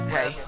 Hey